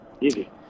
easy